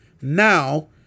Now